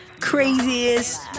craziest